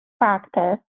practice